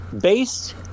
Based